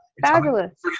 fabulous